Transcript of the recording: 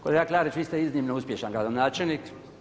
Kolega Klarić, vi ste iznimno uspješan gradonačelnik.